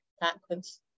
backwards